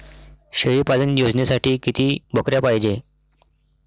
शेळी पालन योजनेसाठी किती बकऱ्या पायजे?